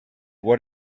what